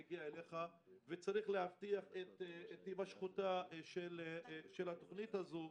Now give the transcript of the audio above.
וצריך להבטיח את הימשכותה של התוכנית הזו.